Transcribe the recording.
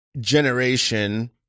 generation